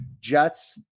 Jets